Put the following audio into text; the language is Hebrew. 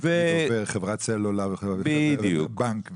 הוא עובר חברת סלולר ובנק וזה.